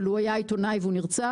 אבל הוא היה עיתונאי והוא נרצח.